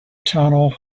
tunnel